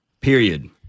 Period